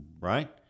Right